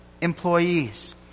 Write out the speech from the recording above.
employees